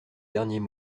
derniers